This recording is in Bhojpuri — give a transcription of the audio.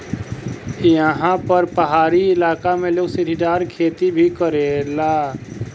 एहा पर पहाड़ी इलाका में लोग सीढ़ीदार खेती भी करेला